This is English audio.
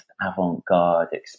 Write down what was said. avant-garde